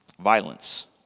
Violence